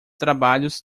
trabalhos